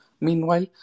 Meanwhile